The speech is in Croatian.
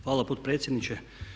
Hvala potpredsjedniče.